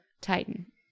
Titan